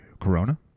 Corona